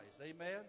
Amen